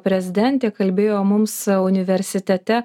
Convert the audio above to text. prezidentė kalbėjo mums universitete